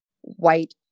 white